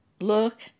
Look